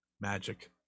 Magic